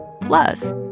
Plus